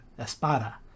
Espada